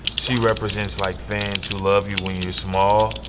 she represents, like, fans who love you when you're small,